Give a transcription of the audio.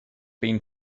been